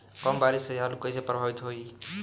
कम बारिस से आलू कइसे प्रभावित होयी?